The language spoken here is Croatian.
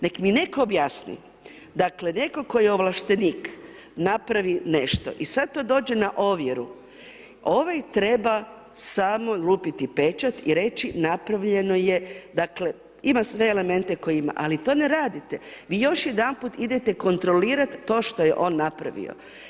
Nek' mi netko objasni dakle, netko tko je ovlaštenik, napravi nešto i sad to dođe na ovjeru, ovaj treba samo lupiti pečat i reći napravljeno dakle, ima sve elemente koje ima ali to ne radite, vi još jedanput idete kontrolirati ti što je on napravio.